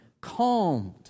calmed